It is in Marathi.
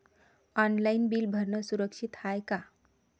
ऑनलाईन बिल भरनं सुरक्षित हाय का?